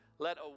Let